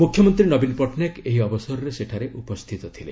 ମୁଖ୍ୟମନ୍ତ୍ରୀ ନବୀନ ପଟ୍ଟନାୟକ ଏହି ଅବସରରେ ସେଠାରେ ଉପସ୍ଥିତ ଥିଲେ